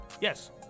yes